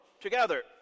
together